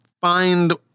Find